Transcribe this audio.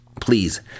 please